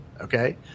okay